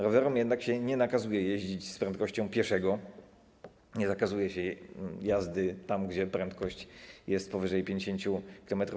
Rowerom jednak się nie nakazuje jeździć z prędkością pieszego, nie zakazuje się jazdy tam, gdzie dozwolona prędkość jest powyżej 50 km/h.